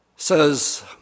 Says